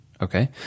Okay